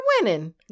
winning